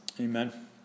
Amen